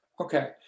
Okay